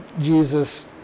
Jesus